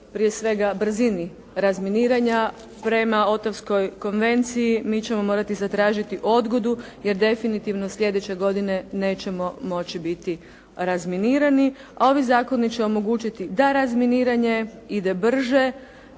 prije svega brzini razminiranja prema Ottawskoj konvenciji. Mi ćemo morati zatražiti odgodu, jer definitivno slijedeće godine nećemo moći biti razminirani. A ovi zakoni će omogućiti da razminiranje ide brže,